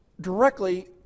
directly